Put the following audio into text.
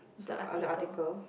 so the article